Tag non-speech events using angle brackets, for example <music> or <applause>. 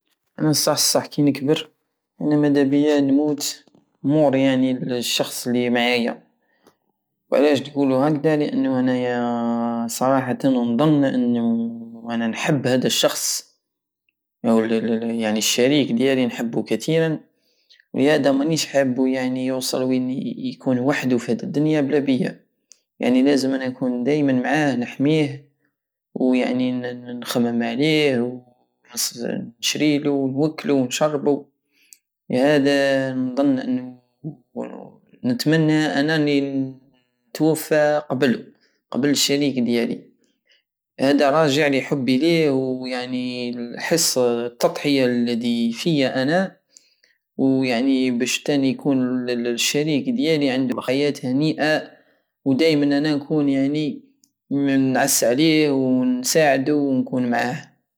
انا الصح الصح كي نكبر انا مدابية نموت مور يعني الشخص الي معاية وعلاش تقولو هكدا لانو انايا <hesitation> صراحتا نضن ان انا نحب هدا الشخص الشريك ديالي نحبو كتيرا ولهدى منيش حابو يوصل وين يكون وحدو في هاد الدنيا بلا بيا يعني لازم انا نكون دايمن معاه نحميه ويعني نخمم عليه و <hesitation> نشريلو ونوكلو ونشربو لهدا نضن انو <hesitation> نتمنى انا الي نتوفى قبل- قبل الشريك دياليهدا راجع لحبي ليه ويعني الحس التضحية الدي فيا انا ويعني بش تاني يكون ال- <hesitation> الشريك ديالي عندو حياة هنيئة ودايمان انا نكون يعني نعس عليه ونساعدو ونكون معاه